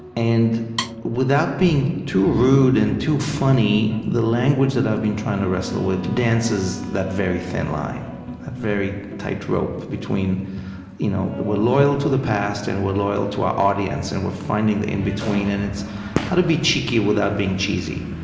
and without being too rude and too funny, the language that i've been trying to wrestle with dances that very thin line, that very tight rope between you know we're loyal to the past, and we're loyal to our audience, and we're finding the in-between. and it's how to be cheeky without being cheesy,